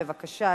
בבקשה.